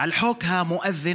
על חוק המואזין.